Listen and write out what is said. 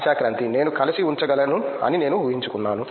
ఆశా క్రాంతి నేను కలిపి ఉంచగలను అని నేను ఊహించుకున్నాను